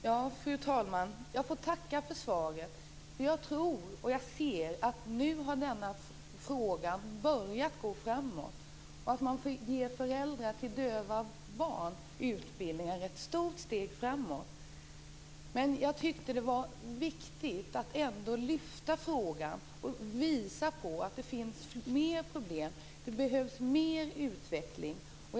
Fru talman! Jag får tacka för svaret. Jag tror och ser att det nu har börjat gå framåt i denna fråga. Att man får ge föräldrar till döva barn utbildning i teckenspråk är ett stort steg framåt. Men jag tyckte ändå det var viktigt att lyfta frågan och visa att det finns fler problem. Det behövs mer utveckling.